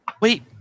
Wait